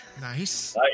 Nice